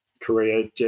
Korea